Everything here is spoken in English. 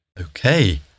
okay